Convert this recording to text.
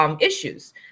Issues